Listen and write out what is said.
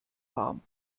warm